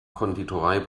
konditorei